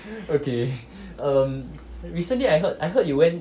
okay um recently I heard I heard you went